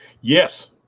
Yes